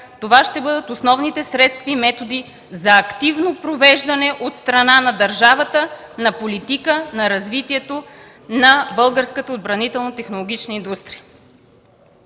Това ще бъдат основните средства и методи за активно провеждане от страна на държавата на политика на развитието на българската отбранително-технологична индустрия.”